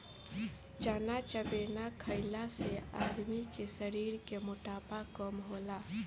चना चबेना खईला से आदमी के शरीर के मोटापा कम होला